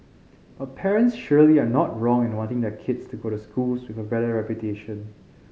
but parents surely are not wrong in wanting their kids to go to schools with a better reputation